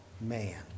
man